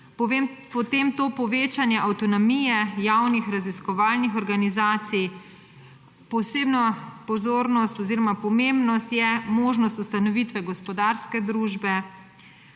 Potem to povečanje avtonomije javnih raziskovalnih organizacij, posebna pozornost oziroma pomembnost je možnost ustanovitve gospodarske družbe,